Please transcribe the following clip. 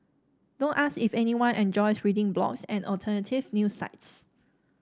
don't ask if anyone enjoys reading blogs and alternative news sites